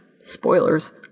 spoilers